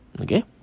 Okay